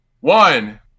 one